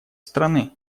страны